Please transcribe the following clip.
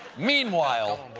meanwhile,